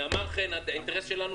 אני מזכיר שהמוטיבציות של חברות הגז,